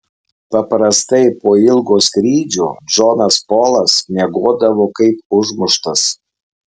paprastai po ilgo skrydžio džonas polas miegodavo kaip užmuštas